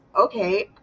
okay